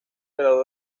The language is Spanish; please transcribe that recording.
graduó